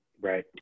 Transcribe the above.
Right